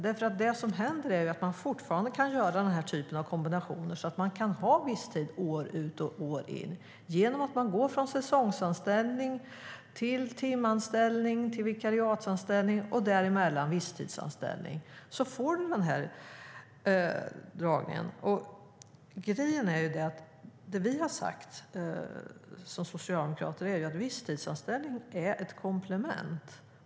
Det som händer är att man fortfarande kan göra den här typen av kombinationer så att man kan ha visstidsanställda år ut och år in. Människor får gå från säsongsanställning till timanställning till vikariatsanställning och däremellan visstidsanställning. Det vi socialdemokrater har sagt är att visstidsanställning är ett komplement.